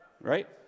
right